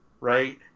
right